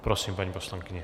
Prosím, paní poslankyně.